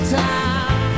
time